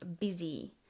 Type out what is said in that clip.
busy